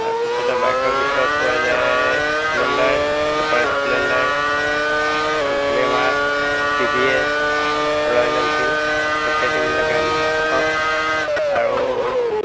তাৰপিছতে বাইকৰ ভিতৰত পোৱা যায় Splendor super Splendor Glamour TVS Royal Enfield ইত্যাদিবিলাক আমি দেখা পাওঁ আৰু